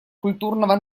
культурного